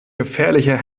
gefährlicher